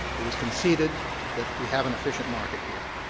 it was conceded that we have an efficient market here.